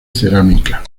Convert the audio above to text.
cerámica